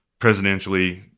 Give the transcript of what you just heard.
presidentially